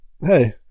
hey